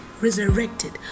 resurrected